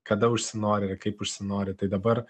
kada užsinori ir kaip užsinori tai dabar